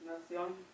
nación